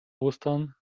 ostern